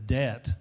debt